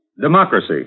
Democracy